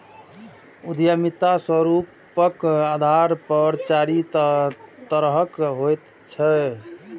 उद्यमिता स्वरूपक आधार पर चारि तरहक होइत छैक